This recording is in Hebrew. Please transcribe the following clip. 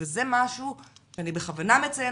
וזה משהו שאני בכוונה מציינת,